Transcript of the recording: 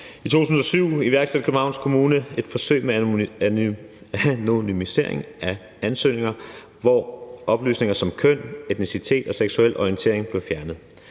I 2007 iværksatte Københavns Kommune et forsøg med anonymisering af ansøgninger, hvor oplysninger som køn, etnicitet og seksuel orientering blev fjernet.